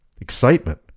Excitement